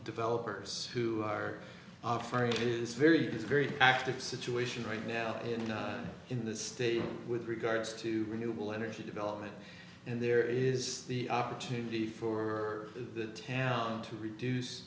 developers who are offering this very very active situation right now in the in the state with regards to renewable energy development and there is the opportunity for the town to reduce